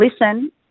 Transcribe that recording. listen